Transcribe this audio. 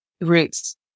roots